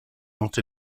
not